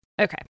Okay